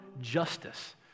justice